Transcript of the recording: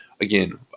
again